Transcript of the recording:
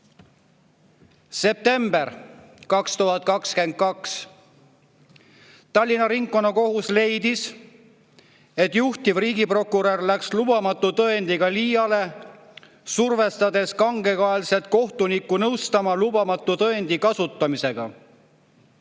September 2022. Tallinna Ringkonnakohus leidis, et juhtiv riigiprokurör läks lubamatu tõendiga liiale, kui survestas kangekaelselt kohtunikku nõustama lubamatu tõendi kasutamisega.